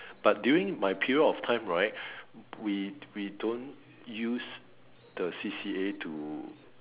but during my period of time right we we don't use the C_C_A to